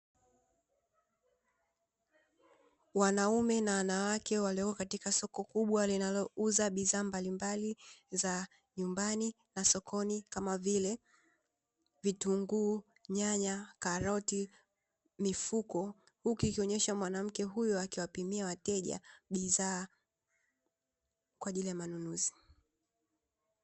Wanaume na wanawake walioko katika soko kubwa linalouza bidhaa mbalimbali za nyumbani na sokoni kama vile: vitunguu, nyanya, karoti, mifuko, huku ikionesha mwanamke huyo akiwapimia wateja bidhaa kwa ajili ya manunuzi.